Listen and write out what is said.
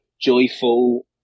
joyful